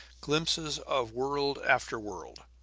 glimpses of world after world.